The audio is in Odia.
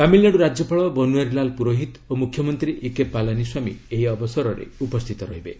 ତାମିଲନାଡୁ ରାଜ୍ୟପାଳ ବନୁଆରୀଲାଲ ପୁରୋହିତ ଓ ମୁଖ୍ୟମନ୍ତ୍ରୀ ଇକେ ପାଲାନିସ୍ୱାମୀ ଏହି ଅବସରରେ ଉପସ୍ଥିତ ରହିବେ